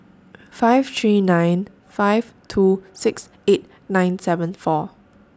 five three nine five two six eight nine seven four